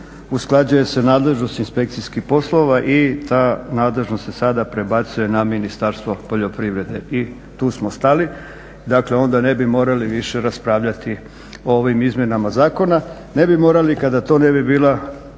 usklađuje se nadležnost inspekcijskih poslova i ta nadležnost se sada prebacuje na Ministarstvo poljoprivrede. I tu smo stali. Dakle onda ne bi morali više raspravljati o ovim izmjenama zakona. Ne bi morali kada to ne bi bila